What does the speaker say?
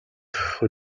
дахь